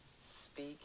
speak